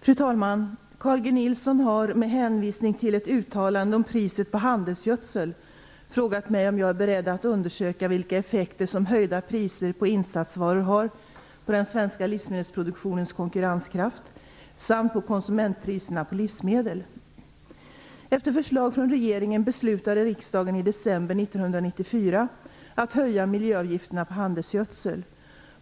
Fru talman! Carl G Nilsson har, med hänvisning till ett uttalande om priset på handelsgödsel, frågat mig om jag är beredd att undersöka vilka effekter som höjda priser på insatsvaror har på den svenska livsmedelsproduktionens konkurrenskraft samt på konsumentpriserna på livsmedel. Efter förslag från regeringen beslutade riksdagen i december 1994 att höja miljöavgifterna på handelsgödsel.